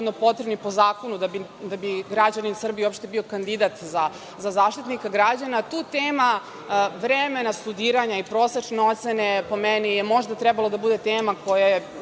potrebni po zakonu da bi građanin Srbije uopšte bio kandidat za Zaštitnika građana, tu tema vremena studiranja i prosečne ocene, po meni, je možda trebala da bude tema koja